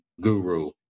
guru